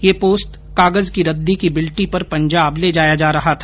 यह पोस्त कागज की रद्दी की बिल्टी पर पंजाब ले जाया जा रहा था